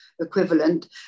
equivalent